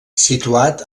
situat